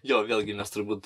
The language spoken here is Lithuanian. jo vėlgi mes turbūt